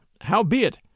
Howbeit